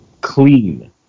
Clean